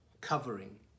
covering